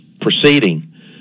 proceeding